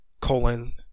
colon